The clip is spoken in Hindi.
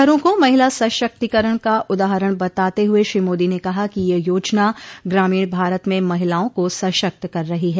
घरों को महिला सशक्तीकरण का उदाहरण बताते हुए श्री मोदी ने कहा कि यह योजना ग्रामीण भारत में महिलाओं को सशक्त कर रही है